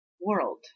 world